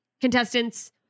contestants